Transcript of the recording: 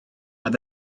oedd